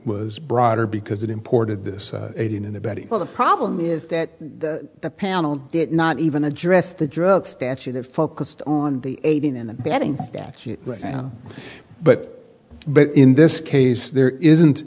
was broader because it imported this aiding and abetting well the problem is that the panel did not even address the drug statute that focused on the aiding and abetting statute but but in this case there isn't